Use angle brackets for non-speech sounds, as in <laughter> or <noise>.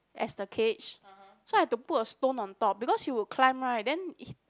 as the cage so I have to put a stone on top because it will climb right then <noise>